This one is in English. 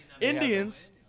Indians